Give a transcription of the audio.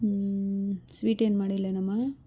ಹ್ಞೂ ಸ್ವೀಟ್ ಏನು ಮಾಡಿಲ್ಲೇನಮ್ಮ